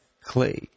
clay